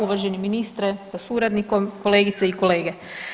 Uvaženi ministre sa suradnikom, kolegice i kolege.